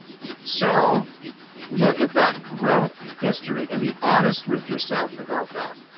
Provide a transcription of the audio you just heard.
so look at that growth history, and be honest with yourself about that.